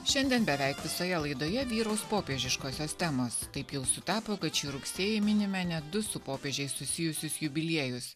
šiandien beveik visoje laidoje vyraus popiežiškosios temos taip jau sutapo kad šį rugsėjį minime net du su popiežiais susijusius jubiliejus